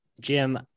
Jim